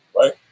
right